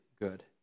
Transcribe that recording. good